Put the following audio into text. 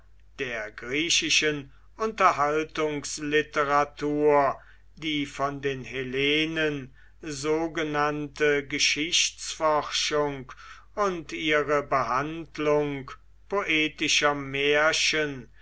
der griechischen unterhaltungsliteratur die von den hellenen sogenannte geschichtsforschung und ihre behandlung poetischer märchen